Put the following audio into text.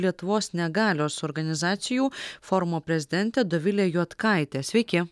lietuvos negalios organizacijų forumo prezidentė dovilė juodkaitė sveiki